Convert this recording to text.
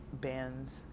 bands